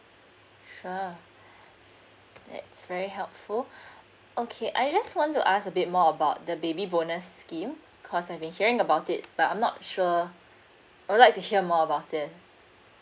sure that's very helpful okay I just want to ask a bit more about the baby bonus scheme cause I've been hearing about it but I'm not sure I would like to hear more about it